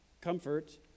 Comfort